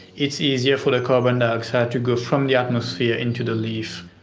it's easier for the carbon dioxide to go from the atmosphere into the leaf.